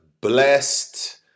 blessed